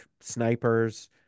snipers